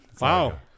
Wow